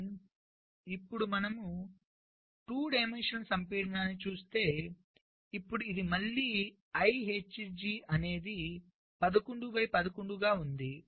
కానీ ఇప్పుడు మనము 2 డి సంపీడనాన్ని చూస్తే ఇప్పుడు ఇది మళ్ళీIHG అనేది 11 బై 11 గా ఉంది